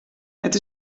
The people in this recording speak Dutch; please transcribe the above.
het